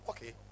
Okay